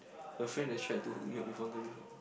a friend has tried to hook me up with one girl before